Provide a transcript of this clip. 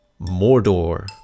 Mordor